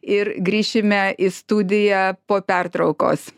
ir grįšime į studiją po pertraukos